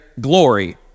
glory